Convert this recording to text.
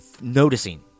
noticing